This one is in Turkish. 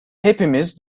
hepimiz